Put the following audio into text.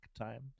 time